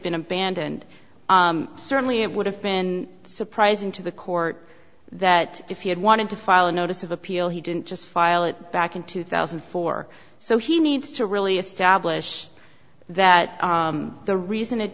been abandoned certainly it would have been surprising to the court that if he had wanted to file a notice of appeal he didn't just file it back in two thousand and four so he needs to really establish that the reason it